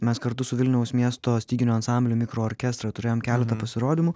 mes kartu su vilniaus miesto styginių ansambliu mikro orkestru turėjome keletą pasirodymų